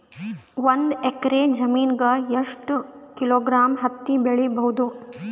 ಒಂದ್ ಎಕ್ಕರ ಜಮೀನಗ ಎಷ್ಟು ಕಿಲೋಗ್ರಾಂ ಹತ್ತಿ ಬೆಳಿ ಬಹುದು?